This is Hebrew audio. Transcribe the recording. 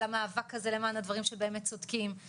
על המאבק הזה למען הדברים שבאמת צודקים,